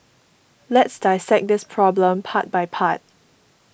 let's dissect this problem part by part